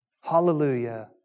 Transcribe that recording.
Hallelujah